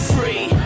Free